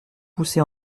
poussé